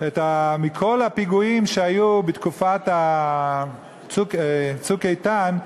מכל הפיגועים שהיו בתקופת "צוק איתן",